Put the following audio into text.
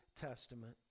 Testament